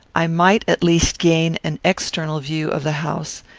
i might at least gain an external view of the house,